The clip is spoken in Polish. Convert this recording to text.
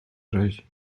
rzezi